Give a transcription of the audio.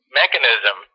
mechanism